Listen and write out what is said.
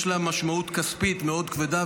יש לה משמעות כספית מאוד כבדה,